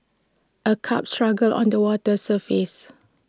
A carp struggles on the water's surface